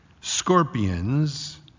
scorpions